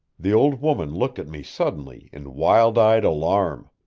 the old woman looked at me suddenly in wild-eyed alarm.